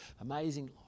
amazing